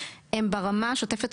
ברמה השוטפת,